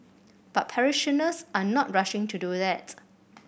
but parishioners are not rushing to do that